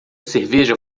cerveja